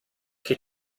che